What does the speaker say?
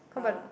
uh